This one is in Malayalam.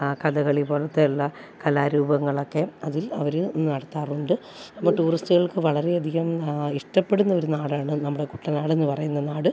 കഥകളി പോലത്തെ ഉള്ള കലാരൂപങ്ങളൊക്കെ അതിൽ അവർ നടത്താറുണ്ട് അപ്പോൾ ടൂറിസ്റ്റുകൾക്ക് വളരെ അധികം ഇഷ്ടപ്പെടുന്ന ഒരു നാടാണ് നമ്മുടെ കുട്ടനാട് എന്നു പറയുന്ന നാട്